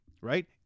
Right